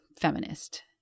feminist